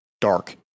dark